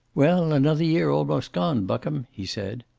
well, another year almost gone, buckham! he said.